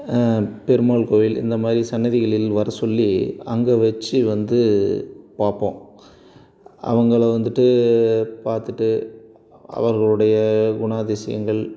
பெருமாள் கோவில் இந்த மாதிரி சன்னதிகளில் வர சொல்லி அங்கே வச்சு வந்து பார்ப்போம் அவர்கள வந்துட்டு பார்த்துட்டு அவர்களுடைய குணாதிசியங்கள்